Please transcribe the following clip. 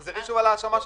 תחזרי שוב על ההאשמה שלך.